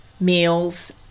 meals